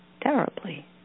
terribly